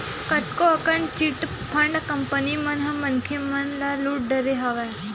कतको अकन chit fund company मन ह मनखे मन ल लुट डरे हवय